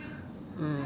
mm